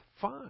Fine